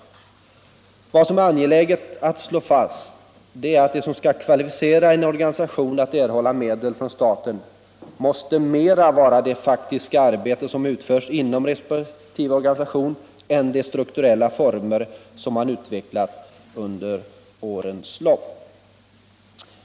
Vad som är angeläget att slå fast är att det som organisationerna skall kvalificera en organisation att erhålla medel från staten måste mera vara det faktiska arbete som utföres inom resp. organisation än de strukturella former som man utvecklat under årens lopp.